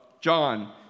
John